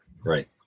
right